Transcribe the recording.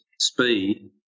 speed